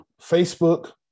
Facebook